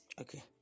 Okay